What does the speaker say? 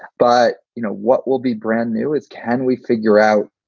but you know, what will be brand new is can we figure out,